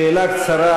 שאלה קצרה.